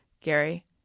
Gary